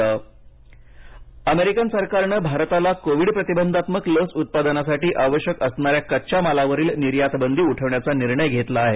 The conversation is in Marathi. लस भारत अमेरिका अमेरिकन सरकारनं भारताला कोविड प्रतिबंधात्मक लस उत्पादनासाठी आवश्यक असणाऱ्या कच्च्या मालावरील निर्यात बंदी उठविण्याचा निर्णय घेतला आहे